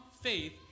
faith